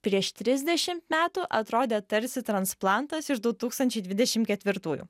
prieš trisdešimt metų atrodė tarsi transplantas iš du tūkstančiai dvidešim ketvirtųjų